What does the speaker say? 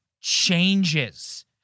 changes